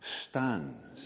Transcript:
stands